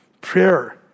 Prayer